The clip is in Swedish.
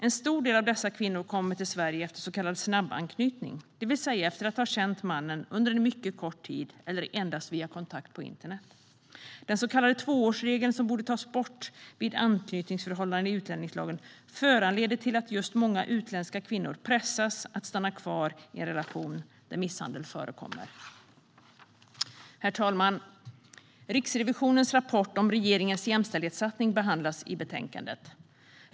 En stor del av dessa kvinnor kommer till Sverige efter så kallad snabbanknytning, det vill säga efter att ha känt mannen under en mycket kort tid eller endast via kontakt på internet. Den så kallade tvåårsregeln, som borde tas bort, vid anknytningsförhållanden i utlänningslagen leder till att just många utländska kvinnor pressas att stanna kvar i en relation där misshandel förekommer. Herr talman! Riksrevisionens rapport om regeringens jämställdhetssatsning behandlas i betänkandet.